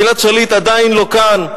גלעד שליט עדיין לא כאן,